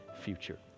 future